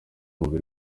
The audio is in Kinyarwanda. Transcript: mubiri